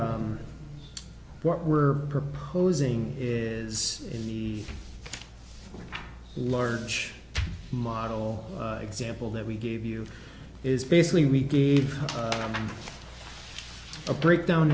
what we're proposing is in the large model example that we gave you is basically we gave them a breakdown